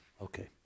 Okay